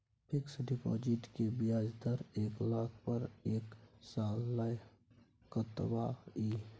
Fixed deposit के ब्याज दर एक लाख पर एक साल ल कतबा इ?